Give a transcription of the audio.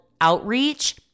outreach